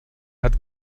hat